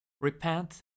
Repent